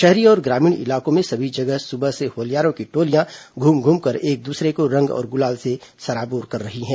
शहरी और ग्रामीण इलाकों में सभी जगह सुबह से होलियारों की टोलियां घूम घूमकर एक दूसरे को रंग और गुलाल से सराबोर कर रही है